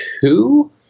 two